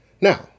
Now